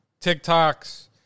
TikToks